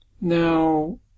Now